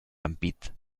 ampit